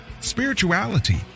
spirituality